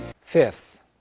Fifth